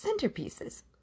Centerpieces